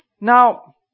Now